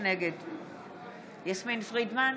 נגד יסמין פרידמן,